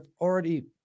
already